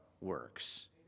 works